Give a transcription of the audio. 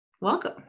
welcome